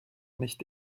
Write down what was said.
nicht